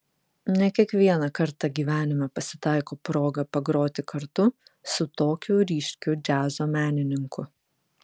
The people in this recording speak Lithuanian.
ne kiekvieną kartą gyvenime pasitaiko proga pagroti kartu su tokiu ryškiu džiazo menininku